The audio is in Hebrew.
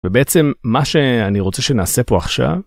ובעצם מה שאני רוצה שנעשה פה עכשיו...